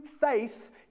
faith